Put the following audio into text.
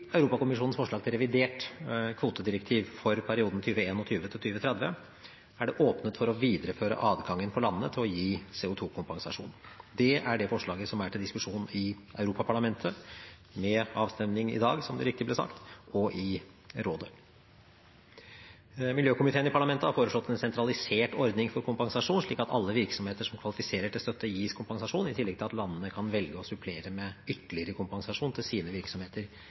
Europakommisjonens forslag til revidert kvotedirektiv for perioden 2021–2030 er det åpnet for å videreføre landenes adgang til å gi CO 2 -kompensasjon. Det er det forslaget som er til diskusjon i Europaparlamentet – med avstemning i dag, som det riktig ble sagt – og i Rådet. Miljøkomiteen i parlamentet har foreslått en sentralisert ordning for kompensasjon slik at alle virksomheter som kvalifiserer til støtte, gis kompensasjon, i tillegg til at landene kan velge å supplere med ytterligere kompensasjon til sine virksomheter